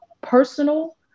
personal